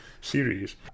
series